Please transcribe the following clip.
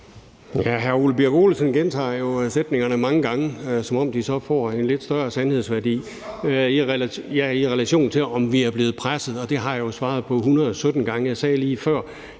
Hr. Ole Birk Olesen gentager jo sætningerne mange gange, som om de så får lidt større sandhedsværdi i relation til, om vi er blevet presset. Det har jeg jo svaret på hundrede